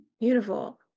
Beautiful